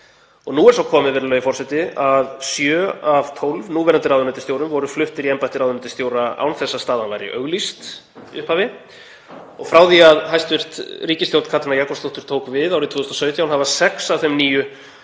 Nú er svo komið, virðulegi forseti, að sjö af tólf núverandi ráðuneytisstjórum voru fluttir í embætti ráðuneytisstjóra án þess að staðan væri auglýst í upphafi og frá því að ríkisstjórn Katrínar Jakobsdóttur tók við árið 2017 hafa sex af þeim níu